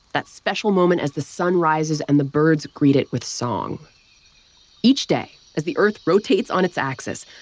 that special moment as the sun rises and the birds greet it with song each day, as the earth rotates on its axis,